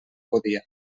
podia